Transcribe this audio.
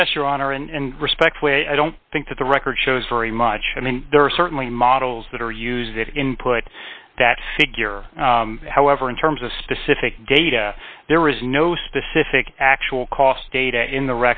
your honor and respect which i don't think that the record shows very much i mean there are certainly models that are used to input that figure however in terms of specific data there is no specific actual cost stated in the